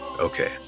okay